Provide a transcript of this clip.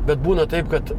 bet būna taip kad